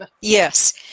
yes